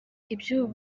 iby’ubu